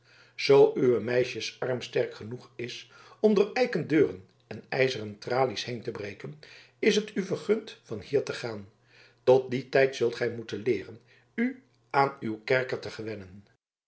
zoo uw meisjesarm sterk genoeg is om door eiken deuren en ijzeren tralies heen te breken is het u vergund van hier te gaan tot dien tijd zult gij moeten leeren u aan uw kerker te gewennen